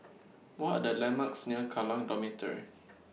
What Are The landmarks near Kallang Dormitory